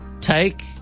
take